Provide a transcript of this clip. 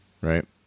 right